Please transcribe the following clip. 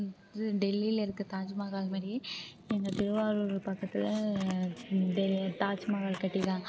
இது டெல்லியில் இருக்கின்ற தாஜ்மஹால் மாதிரியே எங்கள் திருவாரூர் பக்கத்தில் டெ தாஜ்மஹால் கட்டிருக்காங்க